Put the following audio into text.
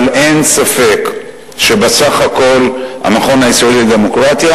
אבל אין ספק שבסך הכול המכון הישראלי לדמוקרטיה